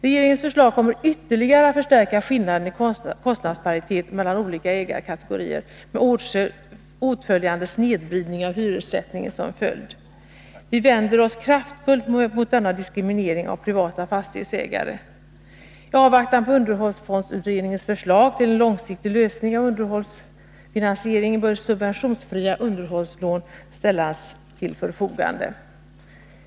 Regeringens förslag kommer ytterligare att förstärka skillnaden i kostnadsparitet mellan olika ägarkategorier, med åtföljande snedvridning av hyressättningen som följd. Vi vänder oss kraftfullt mot denna diskriminering av privata fastighetsägare. I avvaktan på underhållsfondsutredningens förslag till en långsiktig lösning av underhållsfinansieringen bör subventionsfria underhållslån ställas till förfogande.